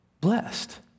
Blessed